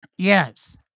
Yes